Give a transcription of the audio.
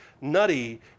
nutty